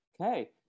okay